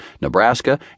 Nebraska